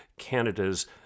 Canada's